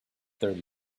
thirty